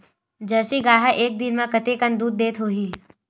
Jersey गाय ह एक दिन म कतेकन दूध देत होही?